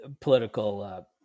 political